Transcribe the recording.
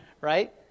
right